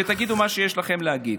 ותגידו את מה שיש לכם להגיד.